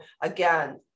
again